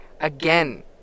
again